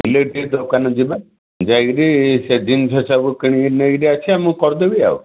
electric ଦୋକାନ ଯିବା ଯାଇକିରି ସେ ଜିନିଷି ସବୁ କିଣିକି ନେଇକିରି ଅସିବା ମୁଁ କରିଦେବି ଆଉ